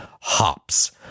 Hops